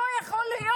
לא יכול להיות.